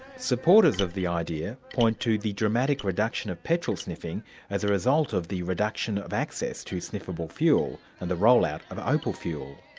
supporters of the idea point to the dramatic reduction of petrol sniffing as a result of the reduction of access to sniffable fuel, and the roll out of opal fuel.